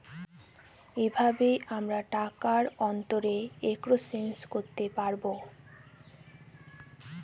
এইভাবে আমরা টাকার অন্তরে এক্সচেঞ্জ করতে পাবো